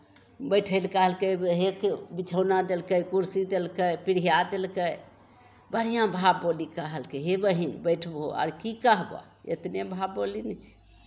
बैठय लए कहलकै हे बिछौना देलकै कुरसी देलकै पीढ़िया देलकै बढ़िआँ भाव बोली कहलकै हे बहीन बैठबौ आर की कहबह एतबहि भाव बोली ने छै